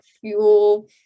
fuel